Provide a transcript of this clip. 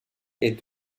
est